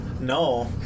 No